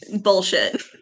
bullshit